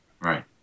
Right